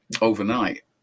overnight